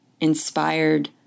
inspired